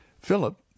Philip